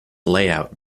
layout